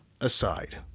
aside